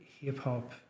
hip-hop